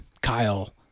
Kyle